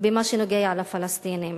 במה שנוגע לפלסטינים.